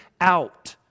out